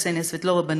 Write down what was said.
וקסניה סבטלובה,